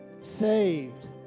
saved